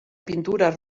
pintures